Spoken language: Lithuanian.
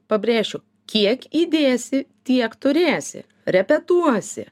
pabrėšiu kiek įdėsi tiek turėsi repetuosi